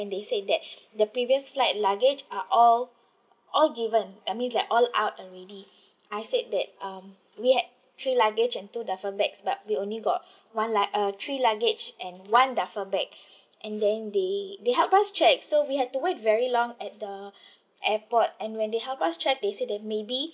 and they said that the previous flight luggage are all all given I mean like all out already I said that um we had three luggage and two duffle bags but we only got one Iug~ uh three luggage and one duffle bag and then they they helped us check so we had to wait very long at the airport and when they helped us check they said that may be